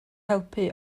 helpu